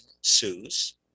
sues